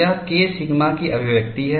यह K sigma की अभिव्यक्ति है